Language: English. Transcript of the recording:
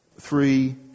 three